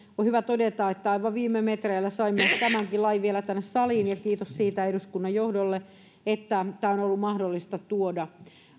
on hyvä todeta että aivan viime metreillä saimme tämänkin lain vielä tänne saliin kiitos siitä eduskunnan johdolle että tämä on ollut mahdollista tuoda